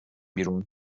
بیرون